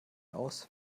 aus